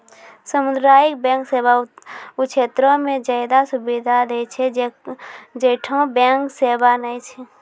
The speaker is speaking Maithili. समुदायिक बैंक सेवा उ क्षेत्रो मे ज्यादे सुविधा दै छै जैठां बैंक सेबा नै छै